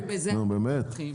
בבקשה.